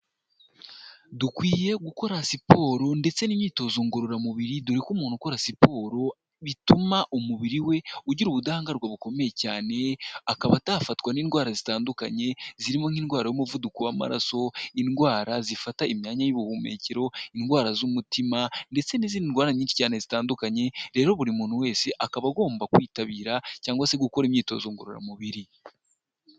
Dukwiye gukora siporo ndetse n'imyitozo ngororamubiri, dore ko umuntu ukora siporo, bituma umubiri we ugira ubudahangarwa bukomeye cyane, akaba atafatwa n'indwara zitandukanye, zirimo nk'indwara y'umuvuduko w'amaraso, indwara zifata imyanya y'ubuhumekero, indwara z'umutima ndetse n'izindi ndwara nyinshi cyane zitandukanye, rero buri muntu wese akaba agomba kwitabira cyangwa se gukora imyitozo ngororamubiri.